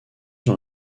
dans